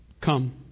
come